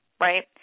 right